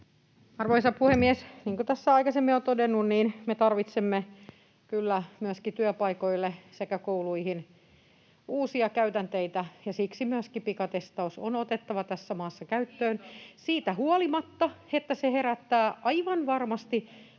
Arvoisa puhemies! Niin kuin tässä aikaisemmin olen todennut, me tarvitsemme kyllä myöskin työpaikoille sekä kouluihin uusia käytänteitä, ja siksi myöskin pikatestaus on otettava tässä maassa käyttöön [Leena Meri: Kiitos!] siitä huolimatta, että se herättää aivan varmasti